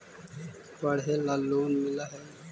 पढ़े ला लोन मिल है?